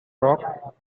rock